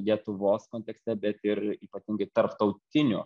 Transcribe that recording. lietuvos kontekste bet ir ypatingai tarptautiniu